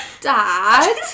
Dad